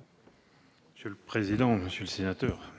M. le ministre. Monsieur le sénateur,